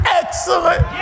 excellent